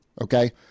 okay